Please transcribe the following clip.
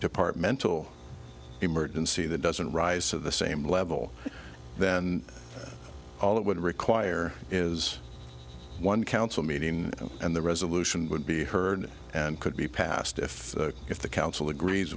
departmental emergency that doesn't rise to the same level then all it would require is one council meeting and the resolution would be heard and could be passed if if the council agrees